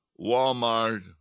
Walmart